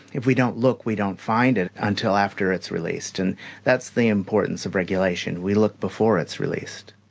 if we don't look, we don't find it until after it's released. and that's the importance of regulation we look before it's released.